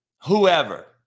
whoever